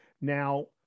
Now